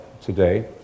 today